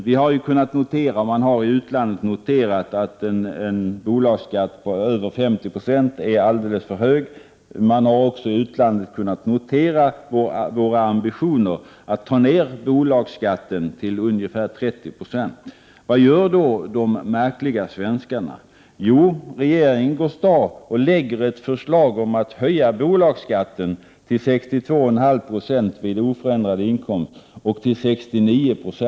Där har man noterat, liksom vi har gjort, att en bolagsskatt på över 50 96 är alldeles för hög. Man har också noterat att ambitionen är att få ned bolagsskatten till ungefär 30 90. Vad gör då de märkliga svenskarna? Jo, regeringen lägger fram ett förslag om att höja bolagsskatten till 62,5 Jo vid oförändrad inkomst och till 69 26 på — Prot.